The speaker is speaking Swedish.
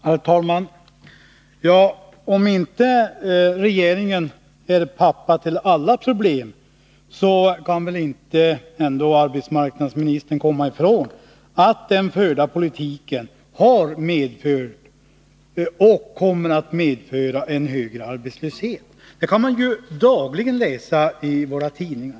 Herr talman! Även om regeringen inte är pappa till alla problem, så kan väl inte arbetsmarknadsministern komma ifrån att den förda politiken har medfört och kommer att medföra en högre arbetslöshet. Det kan man ju dagligen läsa i våra tidningar.